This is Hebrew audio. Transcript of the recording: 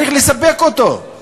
צריך לספק אותו.